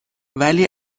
ولی